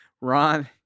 Ron